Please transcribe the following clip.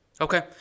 Okay